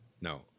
No